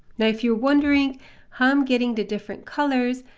now if you're wondering how i'm getting the different colors,